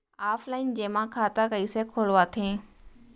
Offline जेमा खाता कइसे खोलवाथे?